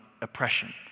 oppression